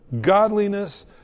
godliness